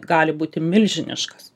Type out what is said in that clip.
gali būti milžiniškas